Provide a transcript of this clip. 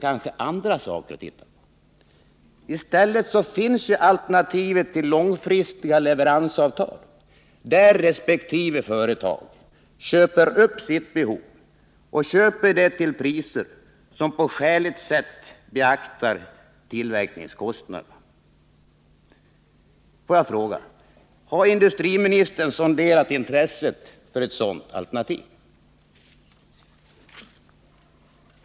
Men i stället finns ju alternativet till långfristiga leveransavtal där resp. företag köper sitt behov till priser som på skäligt sätt beaktar tillverkningskostnaderna. Har industriministern sonderat intresset för ett sådant alternativ?